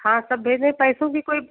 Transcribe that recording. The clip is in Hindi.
हाँ सब भेज दें पैसों की कोई